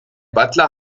butler